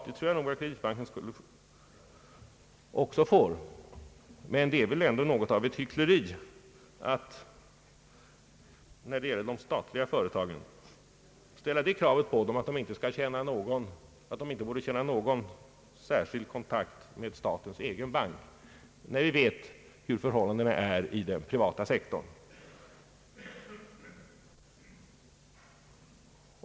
Det tror jag också att Kreditbanken får, men det är ändå något av hyckleri, när det gäller de statliga företagen, att ställa det kravet att de inte borde känna någon särskild kontakt med statens egen bank, speciellt när vi vet hur förhållandena är inom den privata sektorn.